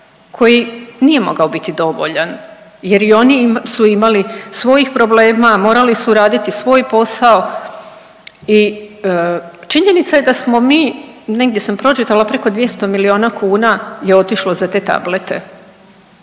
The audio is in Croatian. koji nije mogao biti dovoljan jer i oni su imali svojih problema, morali su raditi svoj posao i činjenica je da smo mi, negdje sam pročitala, preko 200 milijuna kuna je otišlo za te tablete.